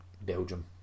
Belgium